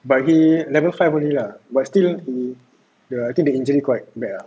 but he never fell fully lah but still the I think the injury quite bad ah